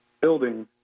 building